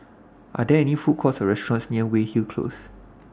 Are There any Food Courts Or restaurants near Weyhill Close